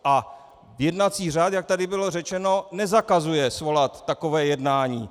A jednací řád, jak tady bylo řečeno, nezakazuje svolat takové jednání.